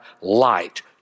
light